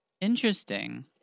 interesting